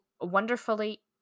wonderfully